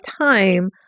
time